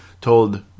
told